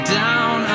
down